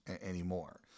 anymore